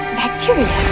bacteria